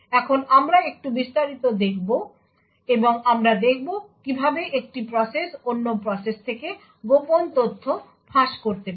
এখন আমরা একটু বিস্তারিত দেখব এবং আমরা দেখব কীভাবে একটি প্রসেস অন্য প্রসেস থেকে গোপন তথ্য ফাঁস করতে পারে